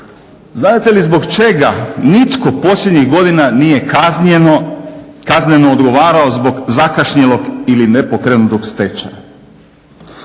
Znate li zbog čega nitko posljednjih godina nije kazneno odgovarao zbog zakašnjelog ili nepokrenutog stečaja?